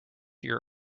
your